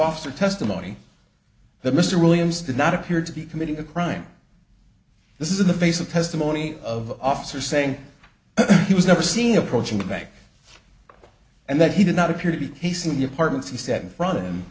officer testimony that mr williams did not appear to be committing a crime this is in the face of testimony of officer saying that he was never seen approaching the back and that he did not appear to be pacing the apartments he said in front of him